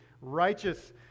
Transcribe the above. righteous